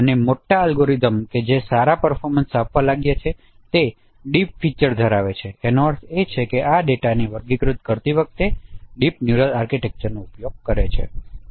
અને મોટા અલ્ગોરિધમ્સ કે જે સારા પર્ફોમન્સ આપવા લાગ્યા છે તે ડીપ ફીચર ધરાવે છે જેનો અર્થ છે કે આ ડેટાને વર્ગીકૃત કરતી વખતે ડીપ ન્યુરલ આર્કિટેક્ચરનો ઉપયોગ કરે છે